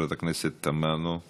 חברת הכנסת זנדברג, חברת הכנסת תמנו,